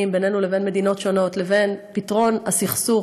בינינו לבין מדינות שונות לבין פתרון הסכסוך,